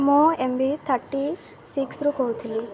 ମୁଁ M V thirty ସିକ୍ସରୁୁ କହୁଥିଲି